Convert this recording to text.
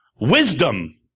wisdom